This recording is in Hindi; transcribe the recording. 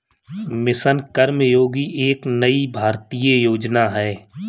मिशन कर्मयोगी एक नई भारतीय योजना है